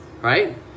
right